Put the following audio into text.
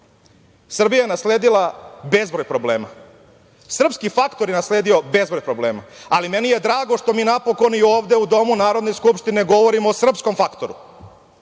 ponovo. Srbija je nasledila bezbroj problema. Srpski faktor je nasledio bezbroj problema. Ali, meni je drago što mi napokon i ovde u domu Narodne skupštine govorimo o srpskom faktoru,